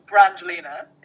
Brangelina